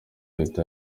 leta